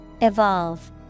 Evolve